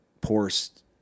poorest